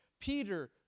Peter